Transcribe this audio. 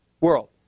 world